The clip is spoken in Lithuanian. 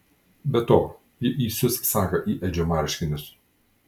be to ji įsius sagą į edžio marškinius